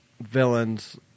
villains